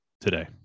today